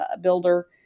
builder